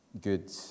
good